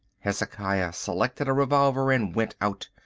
hezekiah selected a revolver and went out.